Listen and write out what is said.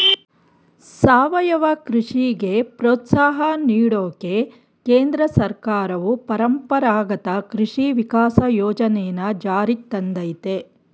ಸಾವಯವ ಕೃಷಿಗೆ ಪ್ರೋತ್ಸಾಹ ನೀಡೋಕೆ ಕೇಂದ್ರ ಸರ್ಕಾರವು ಪರಂಪರಾಗತ ಕೃಷಿ ವಿಕಾಸ ಯೋಜನೆನ ಜಾರಿಗ್ ತಂದಯ್ತೆ